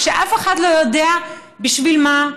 כשאף אחד לא יודע בשביל מה,